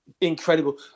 incredible